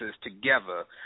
together